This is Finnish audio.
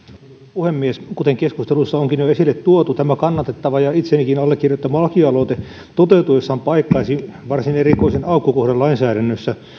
puhemies kuten keskustelussa onkin jo jo esille tuotu tämä kannatettava ja itsenikin allekirjoittama lakialoite toteutuessaan paikkaisi varsin erikoisen aukkokohdan lainsäädännössä